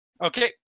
Okay